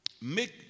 Make